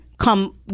come